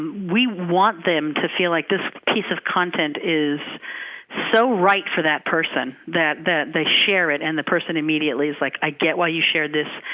we want them to feel like this piece of content is so right for that person, that that they share it, and the person immediately is like, i get why you shared this.